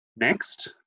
next